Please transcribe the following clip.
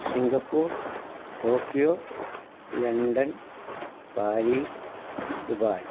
Singapore Tokyo London Paris Dubai